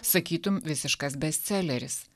sakytum visiškas bestseleris